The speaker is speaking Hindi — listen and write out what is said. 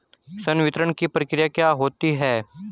संवितरण की प्रक्रिया क्या होती है?